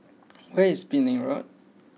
where is Penang Road